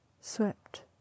swept